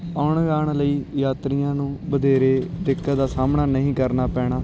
ਆਉਣ ਜਾਣ ਲਈ ਯਾਤਰੀਆਂ ਨੂੰ ਵਧੇਰੇ ਦਿੱਕਤ ਦਾ ਸਾਹਮਣਾ ਨਹੀਂ ਕਰਨਾ ਪੈਣਾ